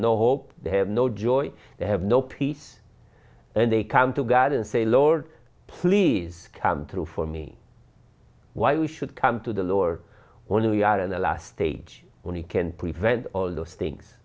no hope they have no joy they have no peace and they come to god and say lord please come through for me why we should come to the lower only we are in the last stage when you can prevent all those things